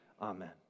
Amen